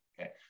okay